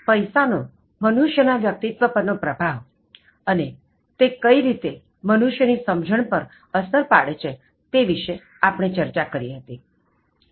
પૈસા નો મનુષ્ય ના વ્યક્તિત્ત્વ પર નો પ્રભાવ અને તે કઇ રીતે મનુષ્ય ની સમજણ પર અસર પાડે છે તે વિશે આપણે ચર્ચા કરી હતી